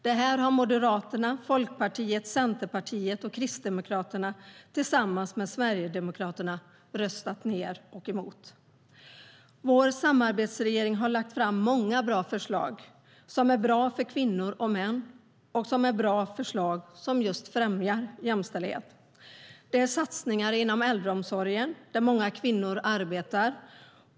Det har Moderaterna, Folkpartiet, Centerpartiet och Kristdemokraterna tillsammans med Sverigedemokraterna röstat ned och emot. Vår samarbetsregering har lagt fram många bra förslag, som är bra för kvinnor och män samt främjar jämställdhet. Det är satsningar inom äldreomsorgen, där många kvinnor arbetar.